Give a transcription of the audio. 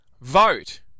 vote